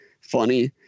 funny